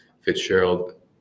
Fitzgerald